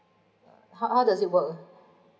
how how does it work